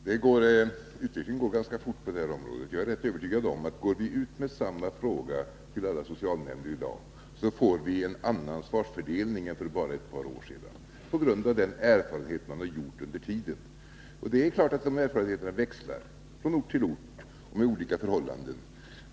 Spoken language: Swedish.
Fru talman! Utvecklingen går ganska fort på detta område. Jag är övertygad om att vi, om vi går ut med samma fråga till alla socialnämnder i dag, får en annan svarsfördelning än för bara ett par år sedan på grund av de erfarenheter som de har gjort under tiden. Det är klart att dessa erfarenheter växlar från ort till ort med de olika förhållanden som råder.